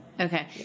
Okay